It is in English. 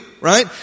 right